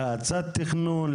להאצת תכנון,